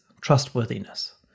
trustworthiness